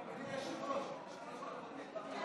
אדוני היושב-ראש, שלוש דקות העברתי.